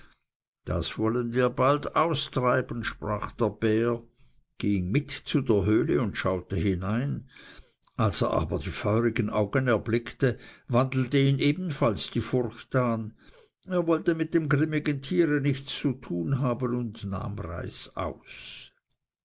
das wollen wir bald austreiben sprach der bär ging mit zu der höhle und schaute hinein als er aber die feurigen augen erblickte wandelte ihn ebenfalls furcht an er wollte mit dem grimmigen tiere nichts zu tun haben und nahm reißaus